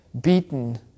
beaten